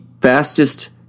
fastest